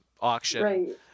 auction